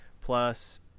plus